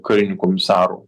karinių komisarų